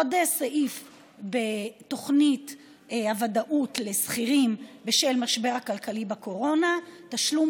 עוד סעיף בתוכנית הוודאות לשכירים בשל המשבר הכלכלי בקורונה: תשלום